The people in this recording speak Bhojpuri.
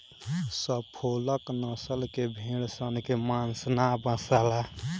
सफोल्क नसल के भेड़ सन के मांस ना बासाला